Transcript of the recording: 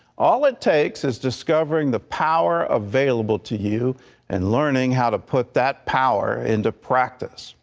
all it takes is discovering the power available to you and learning how to put that power into practice.